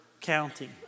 County